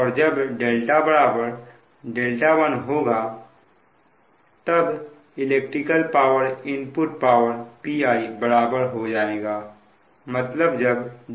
और जब δ δ1 होगा तब इलेक्ट्रिकल पावर इनपुट पावर Piबराबर हो जाएगा